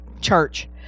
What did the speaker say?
church